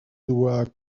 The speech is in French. doit